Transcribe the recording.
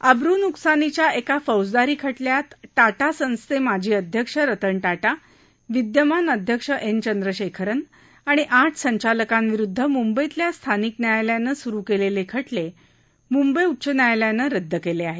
अब्र् न्कसानीच्या एका फौजदारी खटल्यात टाटा सन्सचे माजी अध्यक्ष रतन टाटा विद्यमान अध्यक्ष एन चंद्रशेखरन आणि आठ संचालकांविरुद्ध म्ंबईतल्या स्थानिक न्यायालयानं सुरु केलेले खटले मुंबई उच्च न्यायालयानं रद्द केले आहेत